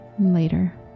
later